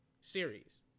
series